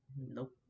Nope